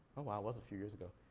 oh wow, it was a few years ago.